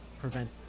prevent